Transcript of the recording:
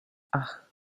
ach